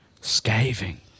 scathing